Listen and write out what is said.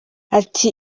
ati